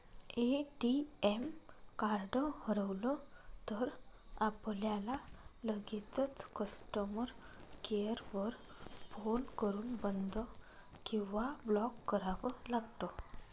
ATM card हरवलं तर, आपल्याला लगेचच कस्टमर केअर वर फोन करून बंद किंवा ब्लॉक करावं लागतं